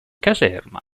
caserma